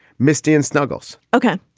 miss dan snuggles, ok.